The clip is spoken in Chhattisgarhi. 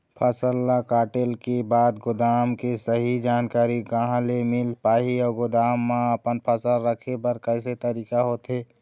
फसल ला कटेल के बाद गोदाम के सही जानकारी कहा ले मील पाही अउ गोदाम मा अपन फसल रखे बर कैसे तरीका होथे?